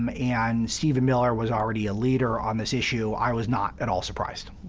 um and stephen miller was already a leader on this issue, i was not at all surprised,